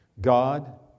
God